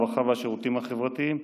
הרווחה והשירותים החברתיים,